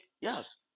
yes